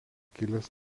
kilęs